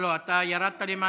לא, לא, אתה ירדת למטה.